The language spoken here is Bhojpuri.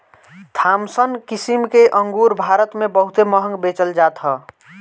थामसन किसिम के अंगूर भारत में बहुते महंग बेचल जात हअ